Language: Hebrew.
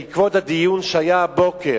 בעקבות הדיון שהיה הבוקר,